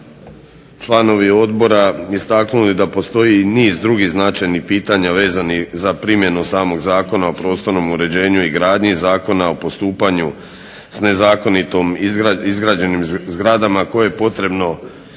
članovi Odbora istaknuli da postoji i niz drugih značajnih pitanja vezanih za primjenu samog Zakona o prostornom uređenju i gradnji i Zakona o postupanju s nezakonito izgrađenim zgradama koje je potrebno riješiti.